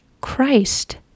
Christ